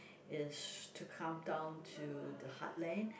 is to come down to the hard lane